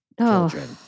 children